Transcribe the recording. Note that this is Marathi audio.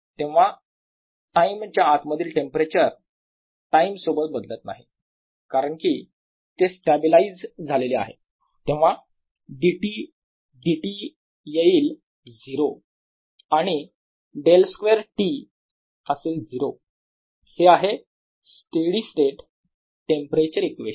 तेव्हा टाईम च्या आत मधील टेंपरेचर टाईम सोबत बदलत नाही कारण की ते स्टॅबिलायझ झालेले आहे तेव्हा dT dt येईल 0 आणि ▽2 T असेल 0 हे आहे स्टेडी स्टेट टेंपरेचर इक्वेशन